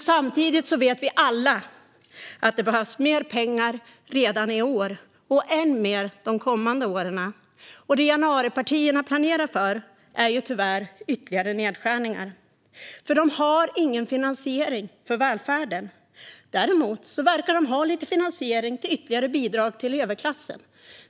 Samtidigt vet vi alla att det behövs mer pengar redan i år och än mer de kommande åren. Men det januaripartierna planerar för är tyvärr ytterligare nedskärningar, för de har ingen finansiering för välfärden. Däremot verkar de ha lite finansiering till ytterligare bidrag till överklassen.